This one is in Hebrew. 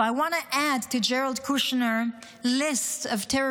So I want to add to Jared Kushner list of terrorist